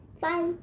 Bye